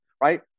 right